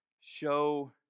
Show